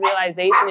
realization